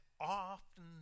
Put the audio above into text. often